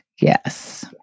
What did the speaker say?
Yes